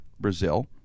Brazil